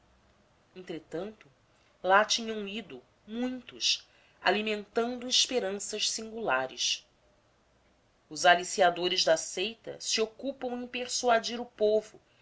entretanto lá tinham ido muitos alimentado esperanças singulares os aliciadores da seita se ocupam em persuadir o povo